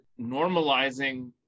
normalizing